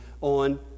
on